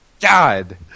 God